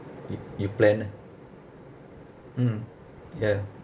you you plan ah mm ya